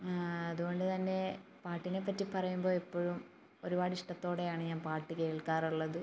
അതുകൊണ്ട് തന്നെ പാട്ടിനെ പറ്റി പറയുമ്പോൾ എപ്പോഴും ഒരുപാട് ഇഷ്ടത്തോടെയാണ് ഞാൻ പാട്ടു കേൾക്കാറുള്ളത്